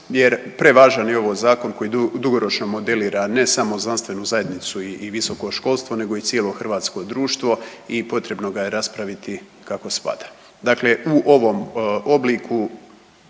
jer prevažan je ovo zakon koji dugoročno modelira ne samo znanstvenu zajednicu i visoko školstvo nego i cijelo hrvatsko društvo i potrebno ga je raspraviti kako spada. Dakle, u ovom obliku